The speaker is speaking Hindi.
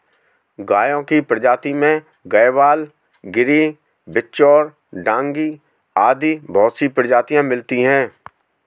गायों की प्रजाति में गयवाल, गिर, बिच्चौर, डांगी आदि बहुत सी प्रजातियां मिलती है